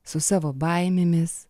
su savo baimėmis